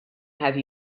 have